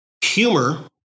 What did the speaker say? Humor